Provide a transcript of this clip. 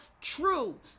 true